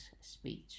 speech